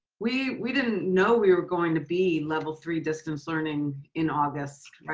we we didn't know we were going to be level three distance learning in august, right?